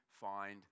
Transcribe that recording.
find